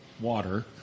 water